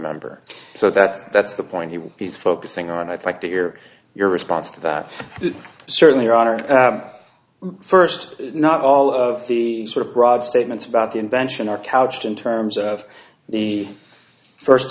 member so that that's the point he's focusing on i'd like to hear your response to that certainly on our first not all of the sort of broad statements about the invention are couched in terms of the first